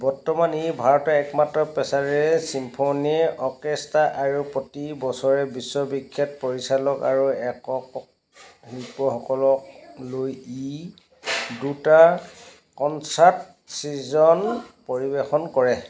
বৰ্তমান ই ভাৰতৰ একমাত্ৰ পেছাদাৰী চিম্ফ'নী অৰ্কেষ্ট্ৰা আৰু প্ৰতি বছৰে বিশ্ববিখ্যাত পৰিচালক আৰু একক শিল্পসকলক লৈ ই দুটা কনচাৰ্ট ছিজন পৰিৱেশন কৰে